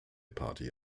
party